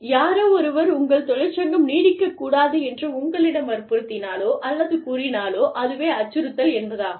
யாரோ ஒருவர் உங்கள் தொழிற்சங்கம் நீடிக்கக் கூடாது என்று உங்களிடம் வற்புறுத்தினாலோ அல்லது கூறினாலோ அதுவே அச்சுறுத்தல் என்பதாகும்